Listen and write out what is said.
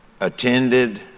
attended